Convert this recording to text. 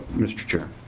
mr. chair.